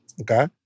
Okay